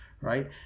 right